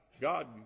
God